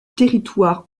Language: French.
territoire